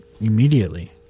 immediately